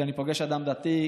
כשאני פוגש אדם דתי,